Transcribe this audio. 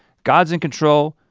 god's in control,